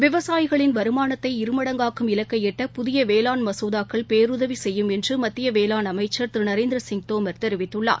விவசாயிகளின் வருமானத்தை இருமடங்காக்கும் இலக்கை எட்ட புதிய வேளான் மசோதாக்கள் பேருதவி செய்யும் என்று மத்திய வேளாண் அமைச்சர் திரு நரேந்திர சிங் தோமர் தெரிவித்துள்ளார்